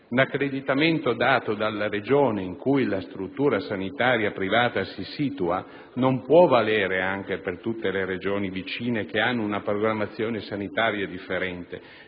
l'accreditamento dato dalla Regione in cui la struttura sanitaria privata si situa non può valere anche per tutte le Regioni vicine, che hanno una programmazione sanitaria differente.